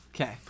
Okay